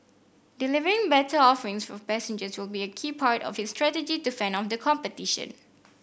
delivering better offerings for passengers will be a key part of its strategy to fend off the competition